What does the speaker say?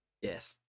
Yes